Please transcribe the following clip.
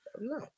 No